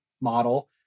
model